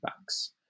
banks